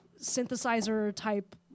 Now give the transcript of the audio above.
synthesizer-type